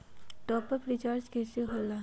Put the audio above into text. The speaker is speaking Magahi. टाँप अप रिचार्ज कइसे होएला?